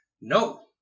No